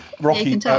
Rocky